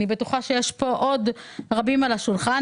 אני בטוחה שיש כאן עוד רבים סביב השולחן,